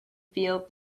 field